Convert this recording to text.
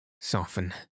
soften